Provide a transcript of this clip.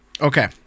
Okay